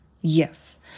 Yes